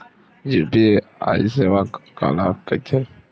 UPI सेवा काला कइथे?